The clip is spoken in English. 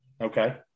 Okay